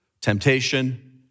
temptation